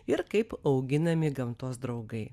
ir kaip auginami gamtos draugai